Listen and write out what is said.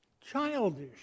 Childish